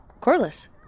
Corliss